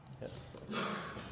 Yes